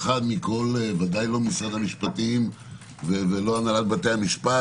ודאי לא משרד המשפטים ולא הנהלת בתי המשפט